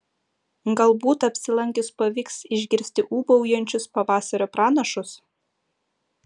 galbūt apsilankius pavyks išgirsti ūbaujančius pavasario pranašus